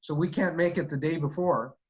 so we can't make it the day before.